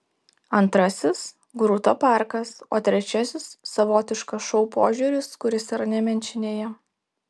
antrasis grūto parkas o trečiasis savotiškas šou požiūris kuris yra nemenčinėje